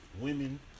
women